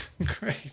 Great